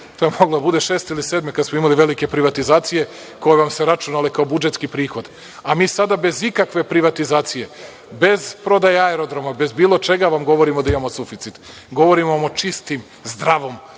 To je moglo da bude šeste ili sedme, kada smo imali velike privatizacije koje su vam se računale kao budžetski prihod, a mi sada bez ikakve privatizacije, bez prodaje aerodroma, bez bilo čega vam govorimo da imamo suficit. Govorimo vam o čistim, zdravim,